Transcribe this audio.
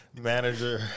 manager